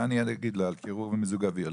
מה אני אגיד לו על קירור ומיזוג אוויר.